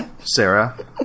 sarah